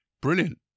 brilliant